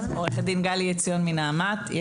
עו"ד גלי עציון מנעמת.